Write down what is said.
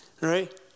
right